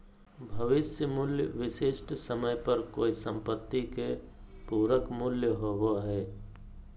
भविष्य मूल्य विशिष्ट समय पर कोय सम्पत्ति के पूरक मूल्य होबो हय